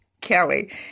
Kelly